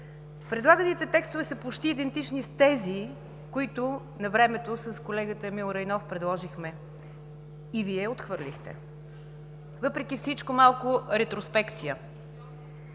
Предлаганите текстове са почти идентични с тези, които навремето с колегата Емил Райнов предложихме, и Вие отхвърлихте. Въпреки всичко малко ретроспекция.